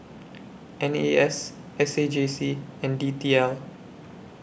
N A S S A J C and D T L